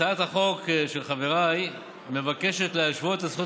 הצעת החוק של חבריי מבקשת להשוות את הזכויות